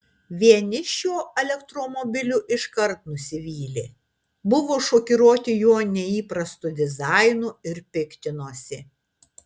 vieni šiuo elektromobiliu iškart nusivylė buvo šokiruoti jo neįprastu dizainu ir piktinosi